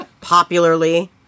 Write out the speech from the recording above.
popularly